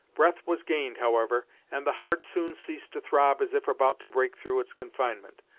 breath was gained, however, and the heart soon ceased to throb as if about to break through its confinement.